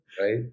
right